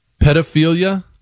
pedophilia